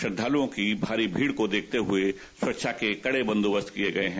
श्रद्धालुओं की भीड़ को देखते हुए सुरक्षा के कड़े बंदोबस्त किए गये हैं